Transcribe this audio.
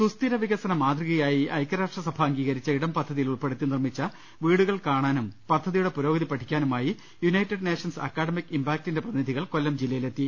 സുസ്ഥിര വികസന മാതൃകയായി ഐക്യരാഷ്ട്രസഭ അംഗീകരിച്ച ഇടം പദ്ധതിയിൽ ഉൾപ്പെടുത്തി നിർമിച്ച വീടുകൾ കാണാനും പദ്ധതിയുടെ പുരോഗതി പഠിക്കാനുമായി യുണൈറ്റഡ് നേഷൻസ് അക്കാഡമിക് ഇംപാക്ടിന്റെ പ്രതിനിധികൾ കൊല്ലം ജില്ലയിലെത്തി